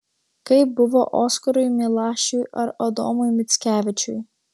kaip buvo oskarui milašiui ar adomui mickevičiui